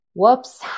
whoops